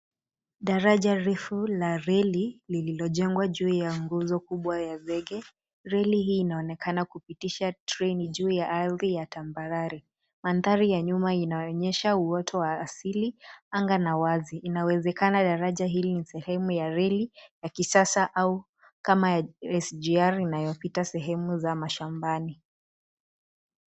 Daraja refu la reli lililojengwa juu ya nguzo kubwa ya zege. Reli hii inaonekana kupitisha treni juu ya ardhi ya tambarare. Mandhari ya nyuma inaonyesha uoto wa asili, anga na wazi. Inawezekana daraja hili ni sehemu ya reli ya kisasa au kama SGR inayopita sehemu za mashambani.